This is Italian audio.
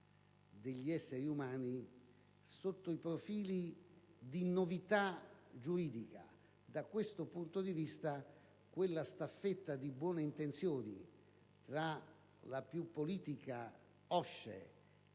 degli esseri umani sotto i profili di novità giuridica. Da questo punto di vista, credo che quella staffetta di buone intenzioni tra la più politica OSCE